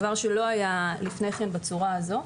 דבר שלא היה לפני כן בצורה הזאת.